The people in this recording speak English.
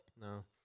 No